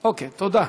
תודה.